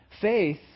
Faith